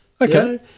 okay